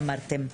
שאמרתם.